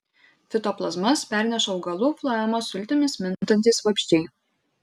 fitoplazmas perneša augalų floemos sultimis mintantys vabzdžiai